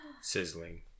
Sizzling